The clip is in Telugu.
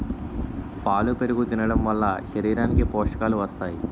పాలు పెరుగు తినడంవలన శరీరానికి పోషకాలు వస్తాయి